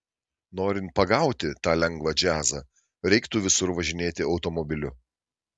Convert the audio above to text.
norint pagauti tą lengvą džiazą reiktų visur važinėti automobiliu